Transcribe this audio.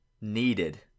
needed